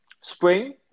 spring